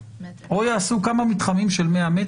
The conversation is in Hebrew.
או יעשו כמה מתחמים של 100 מטר.